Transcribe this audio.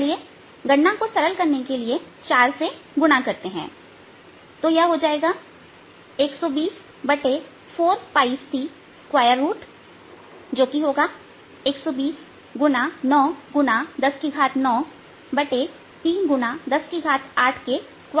चलिए गणना को सरल करने के लिए 4 से गुणा करते हैं तो यह1204𝝅c जो कि 12091093108 के स्क्वायर रूट के बराबर होगा